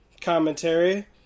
commentary